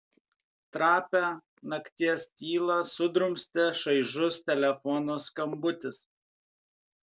trapią nakties tylą sudrumstė šaižus telefono skambutis